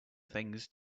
things